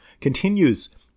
continues